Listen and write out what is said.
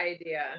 idea